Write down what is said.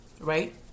Right